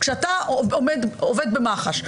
כשאתה עובד במח"ש,